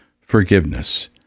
forgiveness